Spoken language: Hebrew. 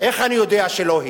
איך אני יודע שלא היא?